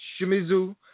Shimizu